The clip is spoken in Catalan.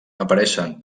apareixen